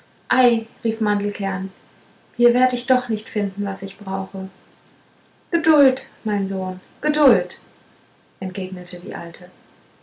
rief mandelkern hier werd ich doch nicht finden was ich brauche geduld mein sohn geduld entgegnete die alte